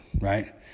right